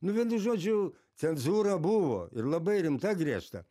nu vienu žodžiu cenzūra buvo ir labai rimta griežta